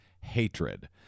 hatred